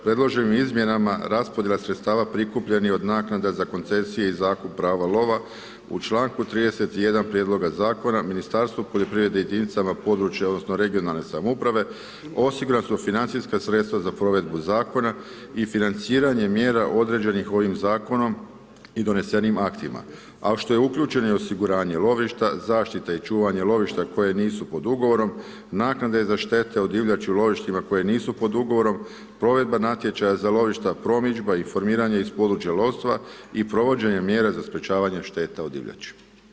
Predloženim izmjenama raspodjela sredstava prikupljenih od naknada za koncesiju i zakup prava lova u članku 31. prijedloga zakona Ministarstvo poljoprivrede jedinicama područne odnosno regionalne samouprave, osigurana su financijska sredstva za provedbu zakona i financiranjem mjera određenih ovim zakonom i donesenim aktima, a u što je uključeno i osiguranje lovišta, zaštite i čuvanja lovišta koje nisu pod ugovorom, naknade za štete od divljači u lovištima koje nisu pod ugovorom, provedba natječaja za lovišta, promidža i formiranje iz područja lovstva i provođenja mjera za sprječavanje šteta od divljači.